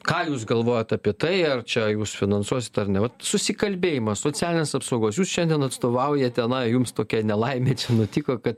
ką jūs galvojat apie tai ar čia jūs finansuosit ar ne vat susikalbėjimas socialinės apsaugos jus šiandien atstovaujat tenai jums tokia nelaimė nutiko kad